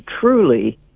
truly